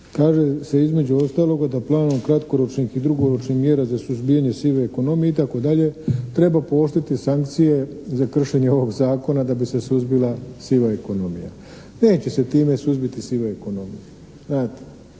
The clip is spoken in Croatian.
Kaže se između ostaloga da planom kratkoročnih i dugoročnih mjera za suzbijanje sive ekonomije itd. treba pooštriti sankcije za kršenje ovog Zakona da bi se suzbila siva ekonomija. Neće se time suzbiti siva ekonomija